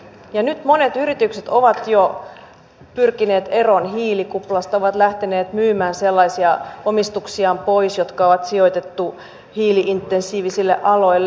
ja nyt monet yritykset ovat jo pyrkineet eroon hiilikuplasta ovat lähteneet myymään pois sellaisia omistuksiaan jotka on sijoitettu hiili intensiivisille aloille